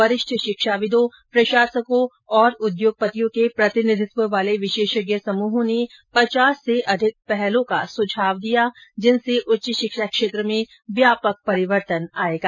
वरिष्ठ शिक्षाविदों प्रशासकों और उद्योगपतियों के प्रतिनिधित्व वाले विशेषज्ञ समूहों ने पचास से अधिक पहल का सुझाव दिया है जिनसे उच्च शिक्षा क्षेत्र में व्यापक परिवर्तन आएगा